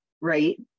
right